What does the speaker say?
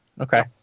Okay